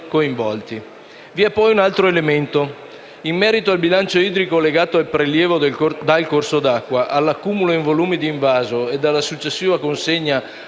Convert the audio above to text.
Vi è poi un altro elemento. In merito al bilancio idrico delegato, al prelievo idrico dal corso d’acqua, all’accumulo in volumi di invaso e alla successiva consegna